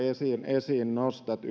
esiin nostatte